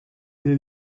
est